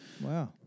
Wow